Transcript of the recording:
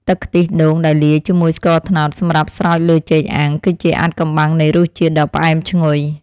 ទឹកខ្ទិះដូងដែលលាយជាមួយស្ករត្នោតសម្រាប់ស្រោចលើចេកអាំងគឺជាអាថ៌កំបាំងនៃរសជាតិដ៏ផ្អែមឈ្ងុយ។